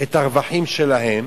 את הרווחים שלהם